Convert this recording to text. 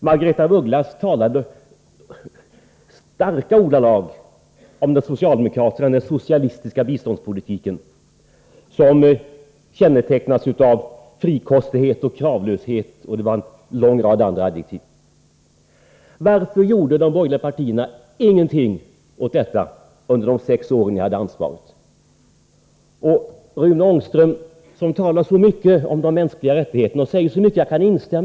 Margaretha af Ugglas talade i kraftiga ordalag om den socialistiska biståndspolitiken, som skulle kännetecknas av frikostighet och kravlöshet — hon använde även en lång rad andra liknande adjektiv. Varför gjorde de borgerliga partierna ingenting åt detta under de sex år ni hade ansvaret? Rune Ångström talar så mycket om de mänskliga rättigheterna, och han säger mycket som jag kan instämma i.